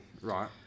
Right